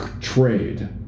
trade